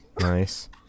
Nice